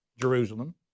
Jerusalem